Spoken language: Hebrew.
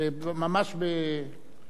אדוני היושב-ראש,